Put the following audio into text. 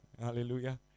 Hallelujah